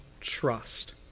trust